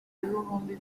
ibihumbi